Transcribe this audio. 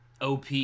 OP